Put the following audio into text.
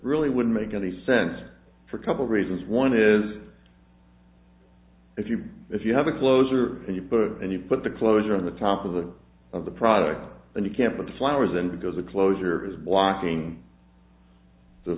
really wouldn't make any sense for a couple of reasons one is if you if you have a closer and you put it and you put the closure on the top of the of the product and you can't put the flowers in because a closure is blocking the